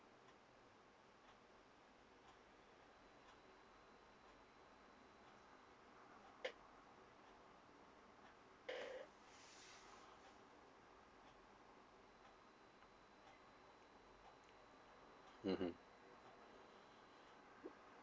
mmhmm